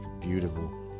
beautiful